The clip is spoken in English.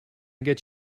get